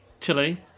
Chile